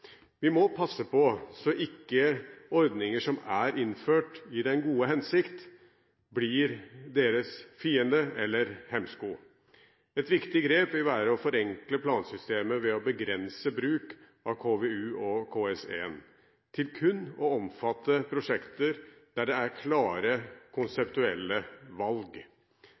Vi må passe på, slik at ikke ordninger som er innført i den gode hensikt, blir deres fiende eller hemsko. Et viktig grep vil være å forenkle plansystemet ved å begrense bruk av KVU og KS1 til kun å omfatte prosjekter der det er klare konseptuelle valg.